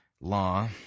law